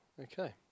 Okay